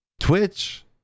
Twitch